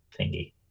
thingy